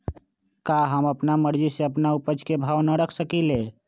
का हम अपना मर्जी से अपना उपज के भाव न रख सकींले?